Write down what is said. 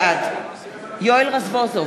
בעד יואל רזבוזוב,